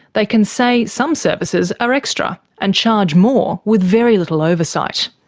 they can say some services are extra, and charge more with very little oversight.